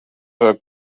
del